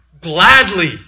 gladly